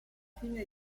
fine